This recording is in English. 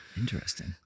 interesting